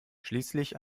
schließlich